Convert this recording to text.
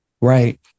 right